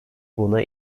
buna